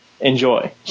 Enjoy